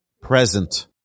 present